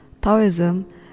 Taoism